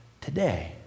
today